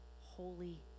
holy